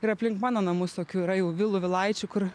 ir aplink mano namus tokių yra jau vilų vilaičių kur